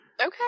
okay